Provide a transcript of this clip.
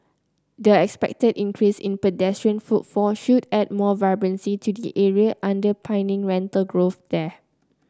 the expected increase in pedestrian footfall should add more vibrancy to the area underpinning rental growth there